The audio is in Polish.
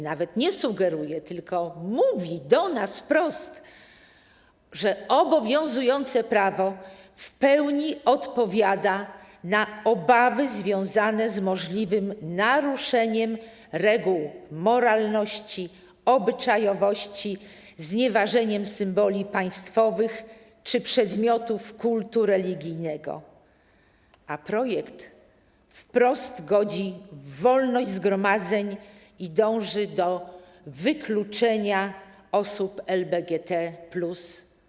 Nawet nie sugeruje, tylko mówi do nas wprost, że obowiązujące prawo w pełni odpowiada na obawy związane z możliwym naruszeniem reguł dotyczących moralności, obyczajowości, znieważenia symboli państwowych czy przedmiotów kultu religijnego, a projekt wprost godzi w wolność zgromadzeń i dąży do wykluczenia osób LGBT plus.